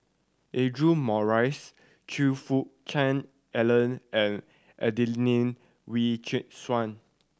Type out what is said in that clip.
Audra Morrice Choe Fook Cheong Alan and Adelene Wee Chin Suan